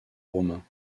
romains